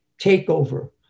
takeover